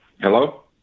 Hello